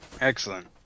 Excellent